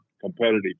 competitive